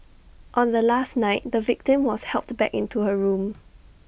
on the last night the victim was helped back into her room